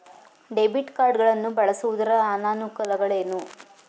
Debit card ಗಳನ್ನು ಬಳಸುವುದರ ಅನಾನುಕೂಲಗಳು ಏನು?